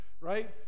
right